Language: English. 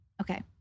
Okay